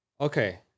okay